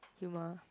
humour